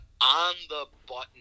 on-the-button